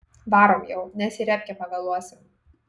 varom jau nes į repkę pavėluosim